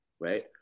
right